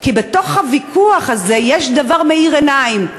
כי בתוך הוויכוח הזה יש דבר מאיר עיניים,